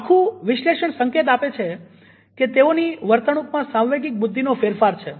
તો આખું વિશ્લેષણ સંકેત આપે છે કે તેઓની વર્તણુકમાં સાંવેગિક બુદ્ધિનો ફેરફાર છે